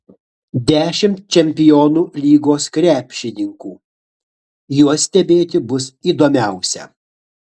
dešimt čempionų lygos krepšininkų juos stebėti bus įdomiausia